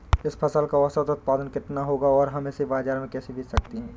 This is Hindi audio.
इस फसल का औसत उत्पादन कितना होगा और हम इसे बाजार में कैसे बेच सकते हैं?